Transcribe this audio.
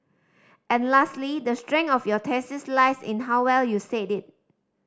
and lastly the strength of your thesis lies in how well you said it